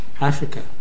Africa